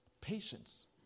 Patience